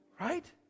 Right